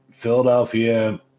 Philadelphia